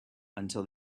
until